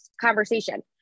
conversation